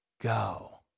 go